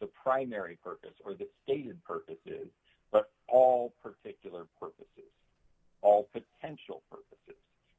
the primary purpose or the stated purpose but all particular purposes all potential